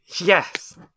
yes